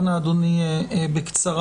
אנא, אדוני, בקצרה,